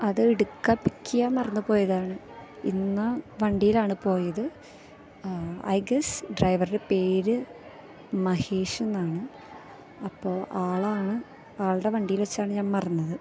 അത് എടുക്കാൻ പിക്ക് ചെയ്യാൻ മറന്നുപോയതാണ് ഇന്ന് വണ്ടിയിലാണ് പോയത് ഐ ഗസ്സ് ഡ്രൈവറുടെ പേര് മഹേഷ് എന്നാണ് അപ്പോൾ ആളാണ് ആളുടെ വണ്ടിയില് വച്ചാണ് ഞാൻ മറന്നത്